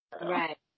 right